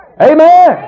Amen